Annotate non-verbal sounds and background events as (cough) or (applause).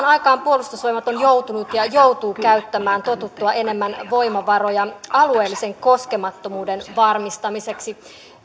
(unintelligible) aikaan puolustusvoimat on joutunut ja joutuu käyttämään totuttua enemmän voimavaroja alueellisen koskemattomuuden varmistamiseksi